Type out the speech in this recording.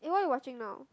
eh what you watching now